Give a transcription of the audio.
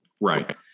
Right